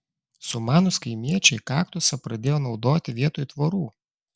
sumanūs kaimiečiai kaktusą pradėjo naudoti vietoj tvorų